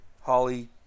Holly